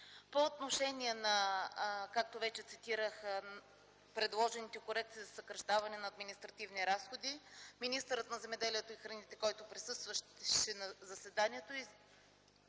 По отношение на, както вече цитирах, предложените корекции за съкращаване на административни разходи министърът на земеделието и храните, който присъстваше на заседанието,